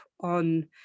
on